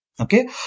Okay